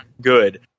good